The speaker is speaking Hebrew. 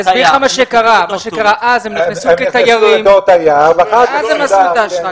מה שקרה אז, הם נכנסו כתיירים ואז עשו את האשרה.